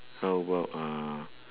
how about uh